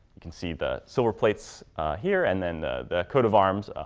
you can see the silver plates here and then the the coat of arms,